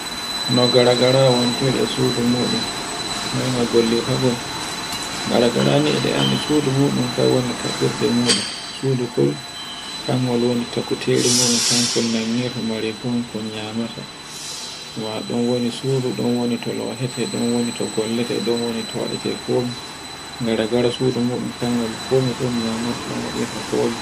Noy gargara wontiri e sudu muɗum, noy nga gollirta muɗun. Gargara ne e ɗe anndi sudu muɗum kan woni kaɓɓirde muɗum. Sudu kol kangol woni takutere muɗum, kankol nganginta marefuwel kol nyamata maɗon wodi sudo ɗon woni to lohete ɗon woni, to gollete ɗon woni to waɗete komi. garagara sudu muɗum kangal waɗirta komi.